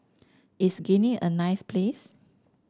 is Guinea a nice place